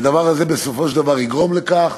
הדבר הזה בסופו של דבר יגרום לכך